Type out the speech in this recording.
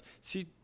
See